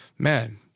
Man